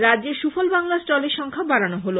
রাজ্যে সুফল বাংলার স্টলের সংখ্যা বাড়ানো হল